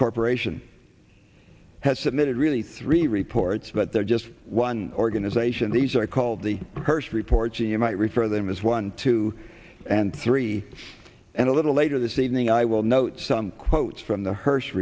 corporation has submitted really three reports but they're just one organization these are called the first reports and you might refer them as one two and three and a little later this evening i will note some quotes from the h